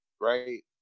Right